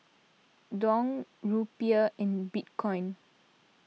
Dong Rupiah and Bitcoin